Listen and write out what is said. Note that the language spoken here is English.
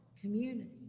community